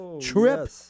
trip